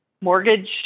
mortgage